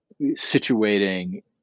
situating